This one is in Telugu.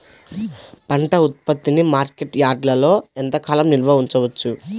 పంట ఉత్పత్తిని మార్కెట్ యార్డ్లలో ఎంతకాలం నిల్వ ఉంచవచ్చు?